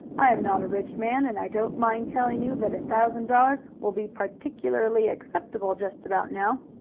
i am not a rich man, and i don't mind telling you that a thousand dollars will be particularly acceptable just about now.